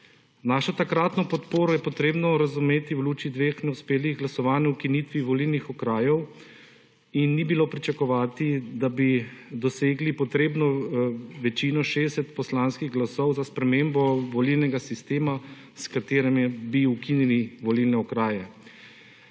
Našo takratno podporo je potrebno razumeti v luči dveh neuspelih glasovanj ukinitvi volilnih okrajev in ni bilo pričakovati, da bi dosegli potrebno večino 60 poslanskih glasov za spremembo volilnega sistema, s katerim bi ukinili volilne okraje